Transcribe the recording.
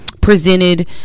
presented